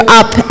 up